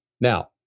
Now